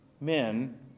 men